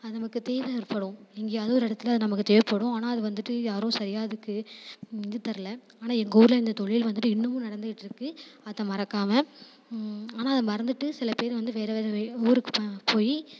அது நமக்கு தேவை ஏற்படும் எங்கேயாது ஒரு இடத்துல அது நமக்கு தேவைப்படும் ஆனால் அது வந்துட்டு யாரும் சரியாக அதுக்கு இது தரல ஆனால் எங்கள் ஊரில் இந்த தொழில் வந்துட்டு இன்னமும் நடந்துட்டுருக்கு அதை மறக்காமல் ஆனால் அதை மறந்துட்டு சில பேர் வந்து வேறே வேறே ஊருக்கு ப போய்